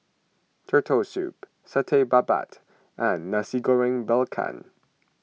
Turtle Soup Satay Babat and Nasi Goreng Belacan